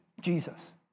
Jesus